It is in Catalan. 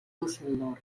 düsseldorf